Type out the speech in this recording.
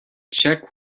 check